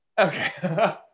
Okay